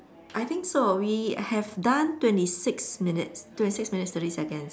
I think so we have done twenty six minutes twenty six minutes thirty seconds